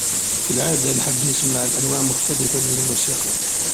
في العادة نحب أنواع مختلفة من الموسيقى